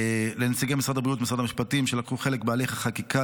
לנציגי משרד הבריאות ומשרד המשפטים שלקחו חלק בהליך החקיקה,